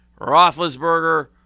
Roethlisberger